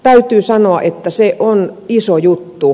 täytyy sanoa että se on iso juttu